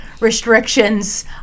restrictions